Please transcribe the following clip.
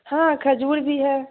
हाँ खजूर भी है